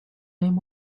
name